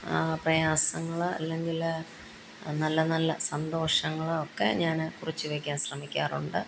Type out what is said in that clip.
പ്രയാസങ്ങൾ അല്ലെങ്കിൽ നല്ല നല്ല സന്തോഷങ്ങളും ഒക്കെ ഞാൻ കുറിച്ചു വെക്കാൻ ശ്രമിക്കാറുണ്ട്